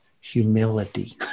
humility